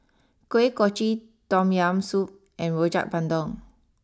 Kuih Kochi Tom Yam Soup and Rojak Bandung